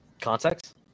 Context